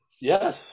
Yes